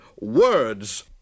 Words